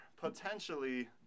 potentially